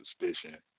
suspicion